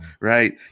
right